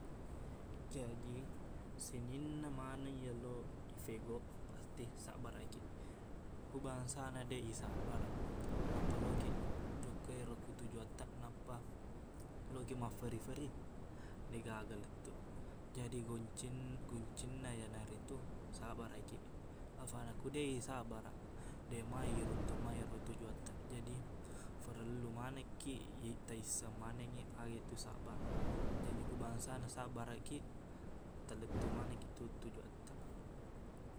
Jaji sininna maneng iyelo ifegoq pasti sabbaraqkiq ku bangsana deq isabbaraq nappa laokiq jokka ero ku tujuwattaq nappa lokiq mafferri-ferri deqgaga lettuq jaji goncin- goncinna iyanaritu sabaraqkiq afaqna ko deq isabbaraq deqma iruntuk ma ero tujuwattaq jadi farellu manekkiq itaisseng manengngi aga itu sabbaraq jaji ku bangsana sabbaraqkiq talettuq manengkiqtu tujuwattaq